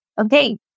okay